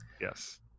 Yes